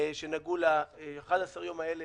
שנגעו ל-11 הימים האלה